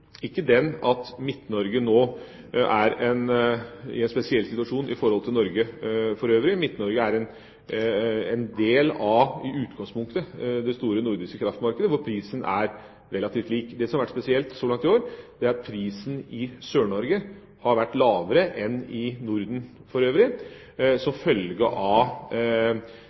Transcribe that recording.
den at Midt-Norge er i en spesiell situasjon i forhold til Norge for øvrig, Midt-Norge er i utgangspunktet en del av det store, nordiske kraftmarkedet, hvor prisen er relativt lik. Det som har vært spesielt så langt i år, er at prisen i Sør-Norge har vært lavere enn i Norden for øvrig – som følge av